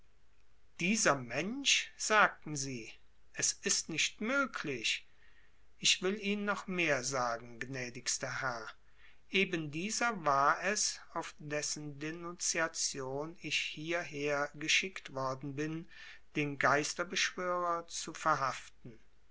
dieser mensch sagten sie es ist nicht möglich ich will ihnen noch mehr sagen gnädigster herr eben dieser war es auf dessen denunziation ich hieher geschickt worden bin den geisterbeschwörer zu verhaften